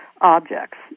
objects